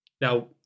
now